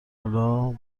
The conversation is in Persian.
حالا